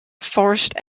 forest